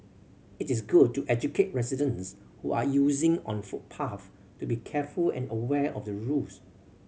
it is good to educate residents who are using on footpaths to be careful and aware of the rules